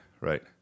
right